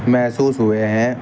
محسوس ہوئے ہیں